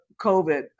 COVID